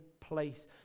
place